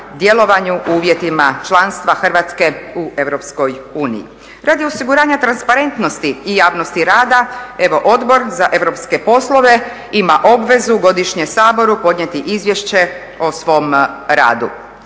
u uvjetima članstva Hrvatske u Europskoj uniji. Radi osiguranja transparentnosti i javnosti rada evo Odbor za europske poslove ima obvezu godišnje Saboru podnijeti izvješće o svom radu.